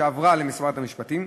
שעברה למשרד המשפטים,